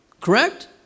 Correct